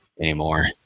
anymore